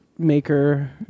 maker